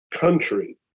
country